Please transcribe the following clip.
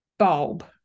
Bulb